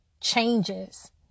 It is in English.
Changes